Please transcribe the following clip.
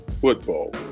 football